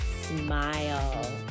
smile